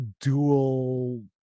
dual